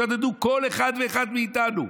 שדדו כל אחד ואחד מאיתנו.